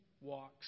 walks